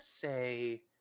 say